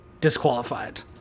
disqualified